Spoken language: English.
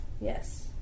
Yes